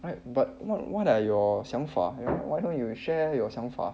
right but what what are your 想法 why don't you share your 想法